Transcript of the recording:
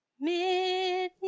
midnight